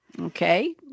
okay